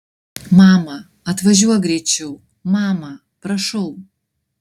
mama atvažiuok greičiau mama prašau